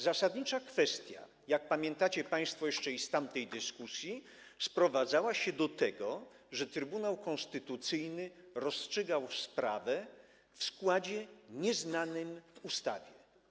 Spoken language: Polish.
Zasadnicza kwestia, jak pamiętacie państwo jeszcze i z tamtej dyskusji, sprowadzała się do tego, że Trybunał Konstytucyjny rozstrzygał sprawę w składzie nieznanym ustawie.